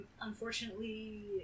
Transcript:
unfortunately